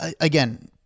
Again